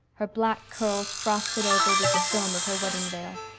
her black curls frosted over with the film of her wedding veil.